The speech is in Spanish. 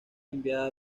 enviada